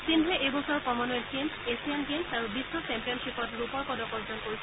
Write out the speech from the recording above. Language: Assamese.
সিদ্ধুৱে এইবছৰ কমনৱেলথ গেমছ এছীয়ান গেমছ আৰু বিশ্ব চেম্পিয়নয়িপত ৰূপৰ পদক অৰ্জন কৰিছে